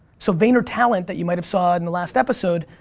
so vaynertalent, that you might have saw in the last episode,